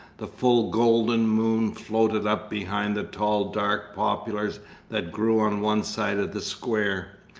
the full golden moon floated up behind the tall dark poplars that grew on one side of the square.